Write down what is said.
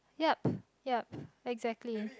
yup yup exactly